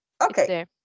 Okay